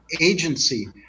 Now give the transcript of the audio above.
agency